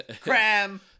Cram